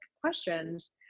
questions